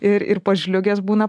ir ir pažliugęs būna